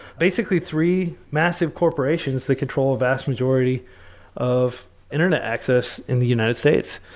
basically, three massive corporations that control a vast majority of internet access in the united states.